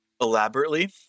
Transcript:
elaborately